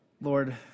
Lord